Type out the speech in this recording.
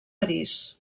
parís